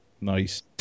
Nice